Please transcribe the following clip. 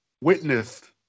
witnessed